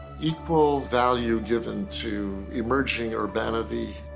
equal value given to emerging urbanity